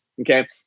okay